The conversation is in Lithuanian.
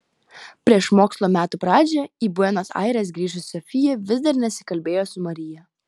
prieš mokslo metų pradžią į buenos aires grįžusi sofija vis dar nesikalbėjo su marija